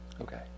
okay